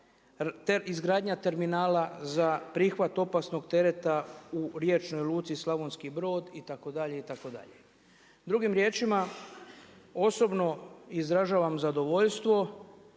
izgradnja terminala za prihvat opasnog tereta u riječnoj luci Slavonski Brod itd, itd. Drugim riječima, osobno izražavam zadovoljstvo